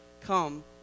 come